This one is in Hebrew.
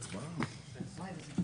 הצבעה אושרה.